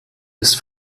ist